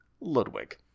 Ludwig